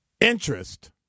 interest